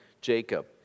Jacob